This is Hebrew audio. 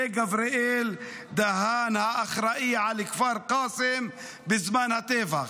זה גבריאל דהאן, האחראי לכפר קאסם בזמן הטבח.